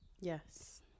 Yes